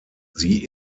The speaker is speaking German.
sie